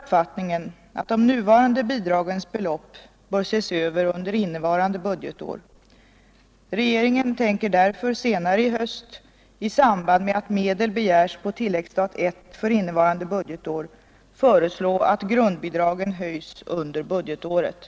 — föreslå att grundbidragen höjs under budgetåret. Jag delar uppfattningen att de nuvarande bidragens belopp bör ses över under innevarande budgetår. Regeringen tänker därför senare i höst — i